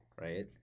right